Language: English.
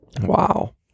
wow